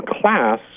class